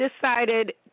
decided